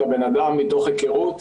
את האדם מתוך היכרות,